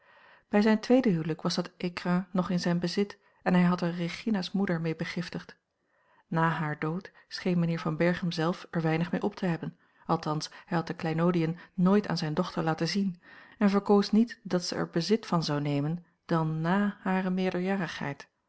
bij zijn tweede huwelijk was dat écrin nog in zijn bezit en hij had er regina's moeder mee begiftigd na haar dood scheen mijnheer van berchem zelf er weinig mee op te hebben althans hij had de kleinoodiën nooit aan zijne dochter laten zien en verkoos niet dat zij er bezit van zou nemen dan na hare